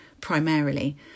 primarily